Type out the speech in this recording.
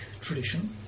tradition